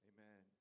Amen